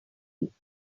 maybe